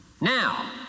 Now